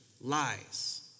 Lies